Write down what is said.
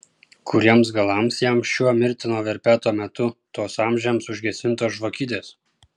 kuriems galams jam šiuo mirtino verpeto metu tos amžiams užgesintos žvakidės